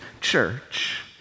church